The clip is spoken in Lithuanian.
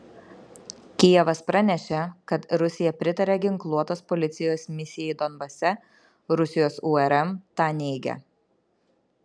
kijevas pranešė kad rusija pritarė ginkluotos policijos misijai donbase rusijos urm tą neigia